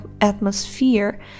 atmosphere